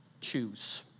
choose